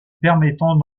permettant